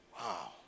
Wow